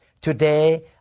Today